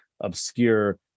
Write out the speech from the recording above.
obscure